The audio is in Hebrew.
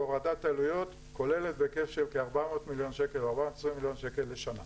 הורדת עלויות כוללת בהיקף של 400-420 מיליון שקל לשנה.